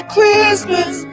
Christmas